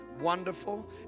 Wonderful